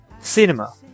cinema